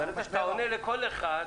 ברגע שאתה עונה לכל אחד,